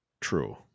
True